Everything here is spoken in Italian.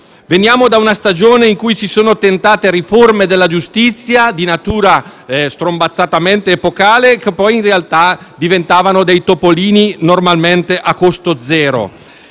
veniamo da una stagione in cui si sono tentate riforme della giustizia di natura strombazzatamente epocale, che poi in realtà diventavano dei topolini normalmente a costo zero.